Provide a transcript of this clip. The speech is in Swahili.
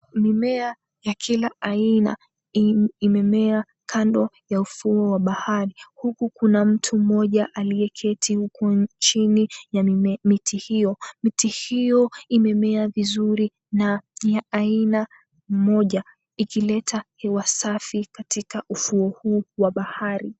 Mimea ya kila aina imemea kando ya ufuo wa bahari huku kuna mtu mmoja aliyeketi huku chini ya miti hio. Miti hio imemea vizuri na ni ya aina moja ikileta hewa safi katika ufuo huu wa bahari.